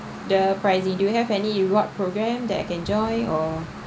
the pricing do you have any reward programme that I can join or